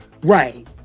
Right